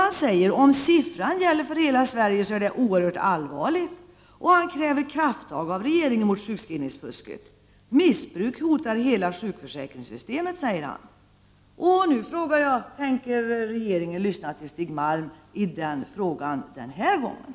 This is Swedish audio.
Han säger: ”Om siffran gäller för hela Sverige är det oerhört allvarligt.” Han kräver krafttag av regeringen mot sjukskrivningsfusket. ”Missbruk hotar hela sjukförsäkringssystemet”, säger han. Nu frågar jag: Tänker regeringen lyssna till Stig Malm den här gången?